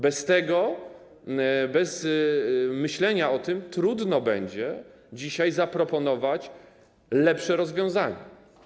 Bez tego, bez myślenia o tym trudno będzie dzisiaj zaproponować lepsze rozwiązania.